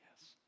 yes